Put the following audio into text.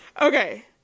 Okay